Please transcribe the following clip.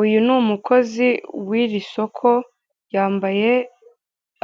Uyu ni umukozi w'iri soko yambaye